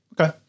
Okay